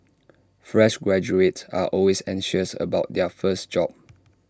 fresh graduates are always anxious about their first job